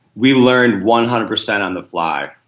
we learned one hundred percent on the fly